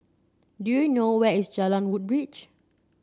do you know where is Jalan Woodbridge